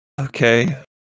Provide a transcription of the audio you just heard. Okay